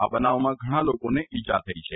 આ બનાવમાં ઘણા લોકોને ઇજા થઇ છે